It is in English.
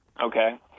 Okay